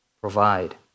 provide